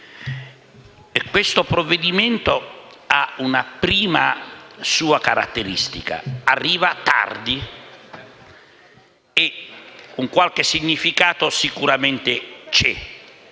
questo provvedimento ha una prima caratteristica: arriva tardi. E un qualche significato sicuramente c'è